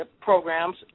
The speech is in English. programs